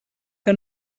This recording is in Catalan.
que